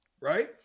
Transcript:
Right